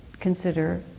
consider